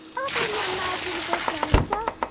open your mouth you little prankster!